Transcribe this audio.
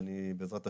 ובעזרת השם,